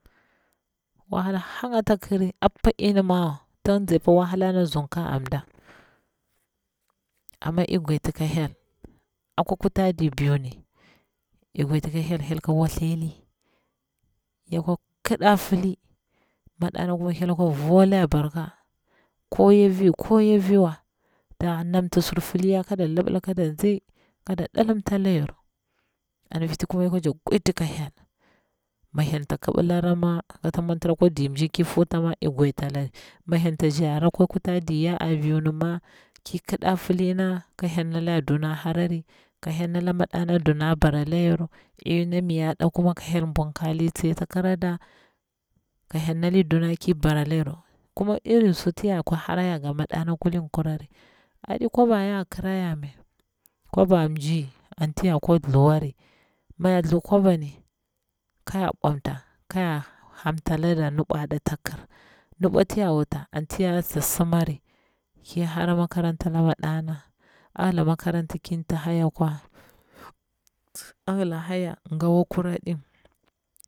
Wahala hang ata kiri apa iyrumawa, tin nsaipa wahala na zumta a mda amma ik gwaditi ka hyol, akwa kutadir biu mi ik gwaditi ko hyel, hyel ki whathji li, yakwa kiɗa fili, madana kuma hyel kwa volayar barka, ko yafi ko yafiwa nda namti sur fili yoru kada libila kada ntsi kada ɗilimta leyaru am viti kuma ya kwa jakti gwaditi ka hyel; mi hyel ta kibila ra ma kata mwantira akwa di laka ma kata mwantira akwa dir inji lai huta ma ik gwaditalari, mi tsan zara akwa kuta diyaru a biu nima ki kida filin no ik gwadi lari, ka hyel ndayar duna horari, ko hyel nala modana duna bara loyaru, ey na miyada tsuwa ko hyel bun kirali tsi ata kirada, ka hyel nali duna ki bara'a yara kuma iri suna yara kwa hora nga maɗana khlin ku rari aɗi kwaba yar a kira ya mai, kwaba mji anti yara kwa thluwari, mi ya thu kwabani kaya bmwamta tin yara hamta lada ni bwaɗa a ta kir, nibwa ta ya wuta anti yara simari, ki hara makaranta da madana a hila makaranta ki ti haya kwa a hila haya gawa kuredim.